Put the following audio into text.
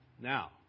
Now